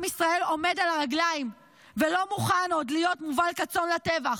עם ישראל עומד על הרגליים ולא מוכן עוד להיות מובל כצאן לטבח.